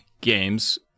games